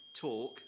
talk